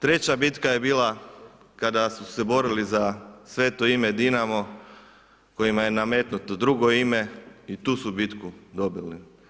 Treća bitka je bila kada su se borili za sveto ime Dinamo kojima je nametnuto drugo ime i tu su bitku dobili.